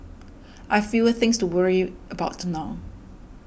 I've fewer things to worry about now